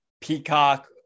Peacock